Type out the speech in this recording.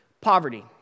poverty